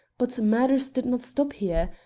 but matters did not stop here.